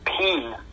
pain